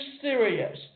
serious